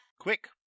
Quick